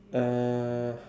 uh